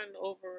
over